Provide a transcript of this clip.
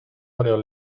varios